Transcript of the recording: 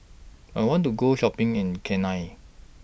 I want to Go Shopping in Cayenne